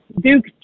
Duke